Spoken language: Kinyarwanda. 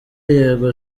yego